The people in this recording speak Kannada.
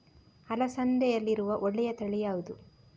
ಅಲಸಂದೆಯಲ್ಲಿರುವ ಒಳ್ಳೆಯ ತಳಿ ಯಾವ್ದು?